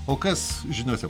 o kas žiniose